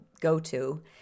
go-to